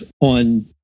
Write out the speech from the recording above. on